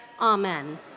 Amen